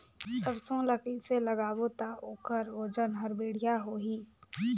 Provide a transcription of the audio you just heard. सरसो ला कइसे लगाबो ता ओकर ओजन हर बेडिया होही?